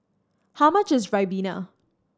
how much is ribena